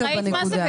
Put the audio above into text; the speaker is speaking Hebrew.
וראית מה זה,